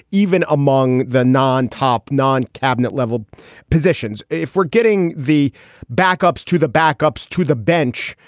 even among the non top non cabinet level positions. if we're getting the backups to the backups to the bench,